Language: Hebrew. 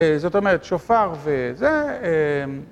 זאת אומרת, שופר וזה.